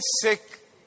sick